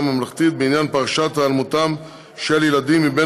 הממלכתית בעניין פרשת היעלמותם של ילדים מבין